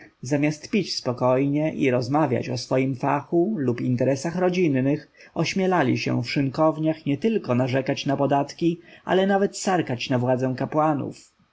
zamiast pić spokojnie i rozmawiać o swoim fachu lub interesach rodzinnych ośmielali się w szynkowniach nietylko narzekać na podatki ale nawet sarkać na władzę kapłanów